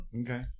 Okay